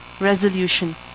resolution